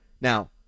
Now